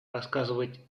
рассказывать